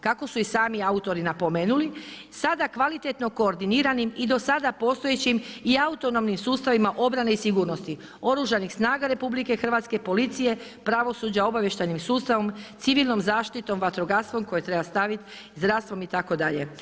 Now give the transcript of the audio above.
Kako su i sami autori napomenuli sada kvalitetno koordiniranim i do sada postojećim i autonomnim sustavima obrane i sigurnosti Oružanih snaga RH, policije, pravosuđa, obavještajnim sustavom, civilnom zaštitom, vatrogastvom koje treba staviti, zdravstvom itd.